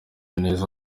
neza